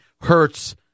hurts